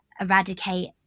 eradicate